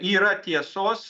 yra tiesos